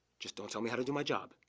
just, don't tell me how to do my job